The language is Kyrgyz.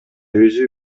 өзү